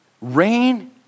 rain